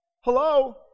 Hello